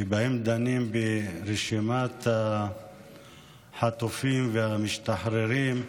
שבהם דנים ברשימת החטופים והמשתחררים,